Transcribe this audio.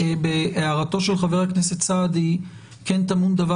בהערתו של חבר הכנסת סעדי כן טמון דבר